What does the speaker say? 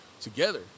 together